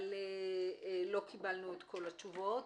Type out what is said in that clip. אבל לא קיבלנו את כל התשובות.